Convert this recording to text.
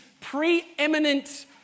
preeminent